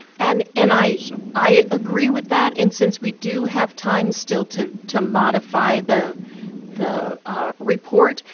and and i um i agree with that. and since we do have time still to to modify the the report,